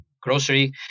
grocery